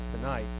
tonight